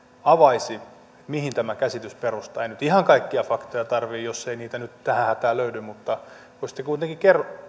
avaisi mihin tämä käsitys perustuu ei nyt ihan kaikkia faktoja tarvitse jos ei niitä nyt tähän hätään löydy mutta voisitte kuitenkin